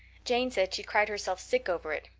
jane said she cried herself sick over it.